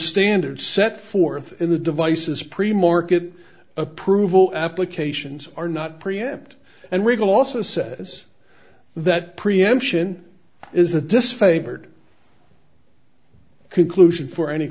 standard set forth in the devices premarket approval applications are not preempt and legal also says that preemption is a disfavored conclusion for any